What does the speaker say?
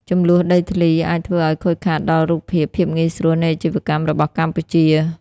ជម្លោះដីធ្លីអាចធ្វើឱ្យខូចខាតដល់រូបភាព "ភាពងាយស្រួលនៃអាជីវកម្ម" របស់កម្ពុជា។